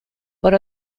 por